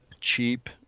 cheap